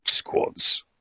squads